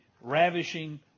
ravishing